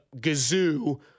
gazoo